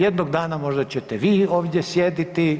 Jednoga dana možda ćete vi ovdje sjediti.